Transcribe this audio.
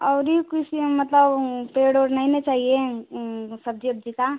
और ये किसी मतलब पेड़ ओड़ नही ना चाहिए सब्जी ओब्जी का